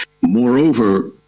Moreover